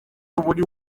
buri